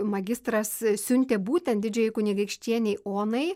magistras siuntė būtent didžiajai kunigaikštienei onai